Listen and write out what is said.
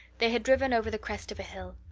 they had driven over the crest of a hill.